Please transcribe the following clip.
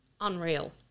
unreal